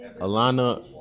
Alana